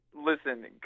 Listen